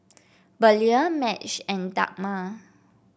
Belia Madge and Dagmar